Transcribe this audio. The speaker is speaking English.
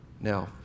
now